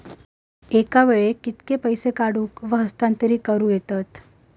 एका वेळाक कित्के पैसे काढूक व हस्तांतरित करूक येतत?